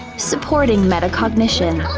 supporting metacognition,